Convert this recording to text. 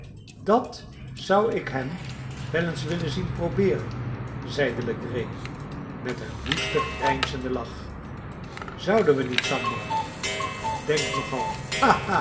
dat zou ik hem wel eens willen zien probeeren zeide legree met een woesten grijnzenden lach zouden we niet sambo denk nog